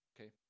Okay